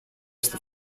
στη